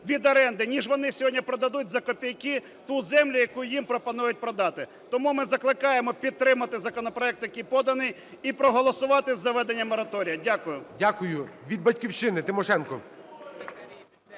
від оренди, ніж вони сьогодні продадуть за копійки ту землю, яку їм пропонують продати. Тому ми закликаємо підтримати законопроект, який поданий і проголосувати за введення мораторію. Дякую. ГОЛОВУЮЧИЙ. Дякую. Від "Батьківщини" Тимошенко.